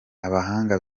abahanga